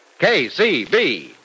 KCB